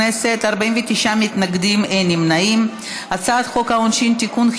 את הצעת חוק העונשין (תיקון,